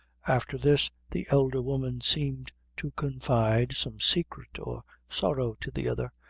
after this the elder woman seemed to confide some secret or sorrow to the other,